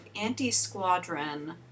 Anti-Squadron